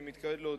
אני מתכבד להודיע,